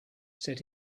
said